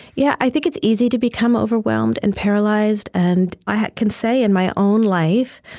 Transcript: yeah i think it's easy to become overwhelmed and paralyzed, and i can say, in my own life,